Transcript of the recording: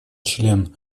член